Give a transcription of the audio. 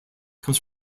comes